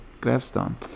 gravestone